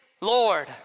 Lord